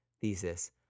thesis